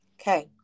Okay